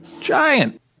Giant